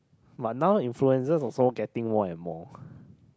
but now influencer also getting more and more